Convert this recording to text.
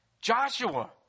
Joshua